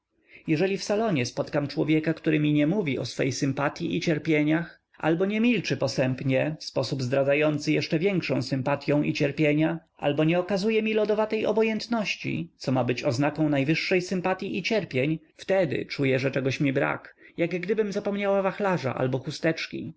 jeżeli w salonie spotkam człowieka który mi nie mówi o swej sympatyi i cierpieniach albo nie milczy posępnie w sposób zdradzający jeszcze większą sympatyą i cierpienia albo nie okazuje mi lodowatej obojętności co ma być oznaką najwyższej sympatyi i cierpień wtedy czuję że mi czegoś brak jak gdybym zapomniała wachlarza albo chusteczki